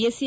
S A